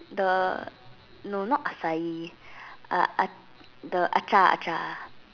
the no not acai uh the acar acar